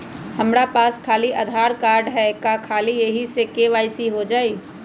हमरा पास खाली आधार कार्ड है, का ख़ाली यही से के.वाई.सी हो जाइ?